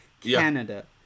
Canada